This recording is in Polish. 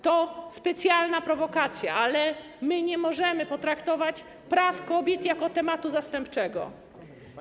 To specjalna prowokacja, ale nie możemy potraktować praw kobiet jako tematu zastępczego.